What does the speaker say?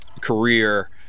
career